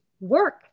work